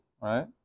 Right